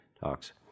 talks